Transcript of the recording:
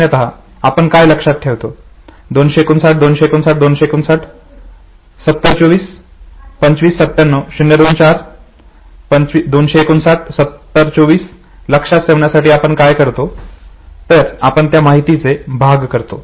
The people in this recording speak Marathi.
सामान्यता आपण काय लक्षात ठेवतो 259 259 259 7024 2597024 2597024 लक्षात ठेवण्यासाठी आपण काय करतो तर आपण त्या माहितीचे भाग करतो